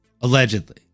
Allegedly